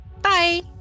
bye